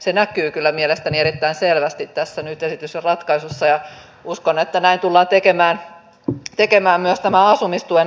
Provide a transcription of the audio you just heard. se näkyy kyllä mielestäni erittäin selvästi tässä nyt esitetyssä ratkaisussa ja uskon että näin tullaan tekemään myös tämän asumistuen osalta